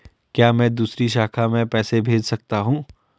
क्या मैं दूसरी शाखा में पैसे भेज सकता हूँ?